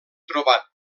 trobat